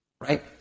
Right